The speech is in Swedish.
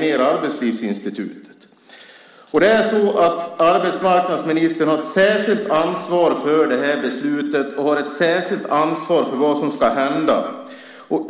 ned Arbetslivsinstitutet. Arbetsmarknadsministern har ett särskilt ansvar för det här beslutet och ett särskilt ansvar för vad som ska hända.